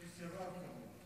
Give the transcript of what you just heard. הוא סירב, כמובן.